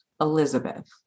Elizabeth